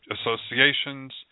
associations